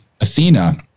Athena